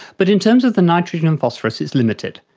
but in terms of the nitrogen and phosphorus it is limited.